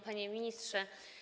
Panie Ministrze!